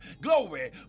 glory